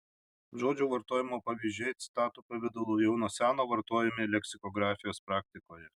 žodžių vartojimo pavyzdžiai citatų pavidalu jau nuo seno vartojami leksikografijos praktikoje